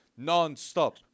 nonstop